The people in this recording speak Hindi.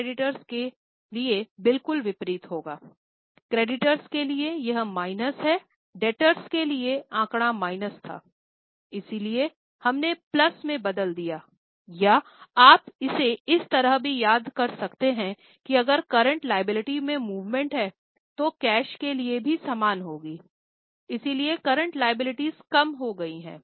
क्रेडिटर्सनीचे गए हैं तो कैश ऊपर ठीक है